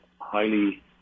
highly